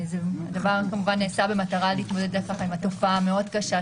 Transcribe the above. הדבר כמובן נעשה במטרה להתמודד עם התופעה הקשה מאוד